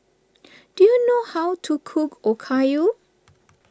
do you know how to cook Okayu